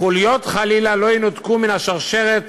חלילה לא ינותקו מן השרשרת